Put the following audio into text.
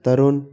Tarun